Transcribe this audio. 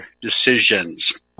decisions